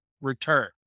return